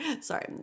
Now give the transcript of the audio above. Sorry